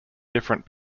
different